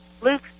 Luke